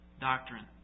doctrine